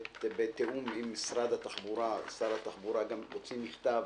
בתיאום עם משרד התחבורה שר התחבורה גם הוציא מכתב